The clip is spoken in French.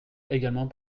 également